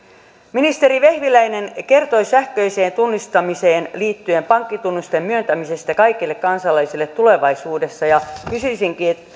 ministeri vehviläinen kertoi sähköiseen tunnistamiseen liittyen pankkitunnusten myöntämisestä kaikille kansalaisille tulevaisuudessa ja kysyisinkin